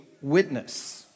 witness